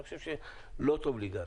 אני חושב שלא טוב להיגרר.